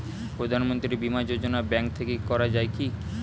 প্রধানমন্ত্রী বিমা যোজনা ব্যাংক থেকে করা যায় কি?